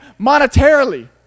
monetarily